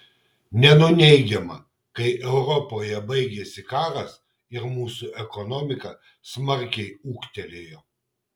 nenuneigiama kai europoje baigėsi karas ir mūsų ekonomika smarkiai ūgtelėjo